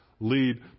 lead